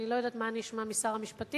אני לא יודעת מה אני אשמע משר המשפטים,